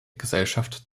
gesellschaft